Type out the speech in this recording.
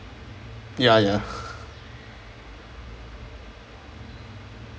ya ya